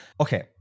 Okay